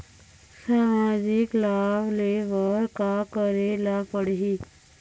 सामाजिक लाभ ले बर का करे ला पड़ही?